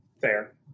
fair